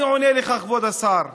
אני עונה לך, כבוד השר,